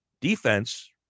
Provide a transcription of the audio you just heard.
defense